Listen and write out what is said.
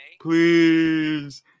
Please